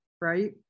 right